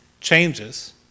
changes